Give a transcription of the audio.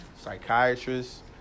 psychiatrists